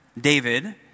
David